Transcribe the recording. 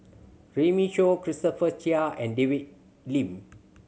Runme Shaw Christopher Chia and David Lim